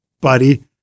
buddy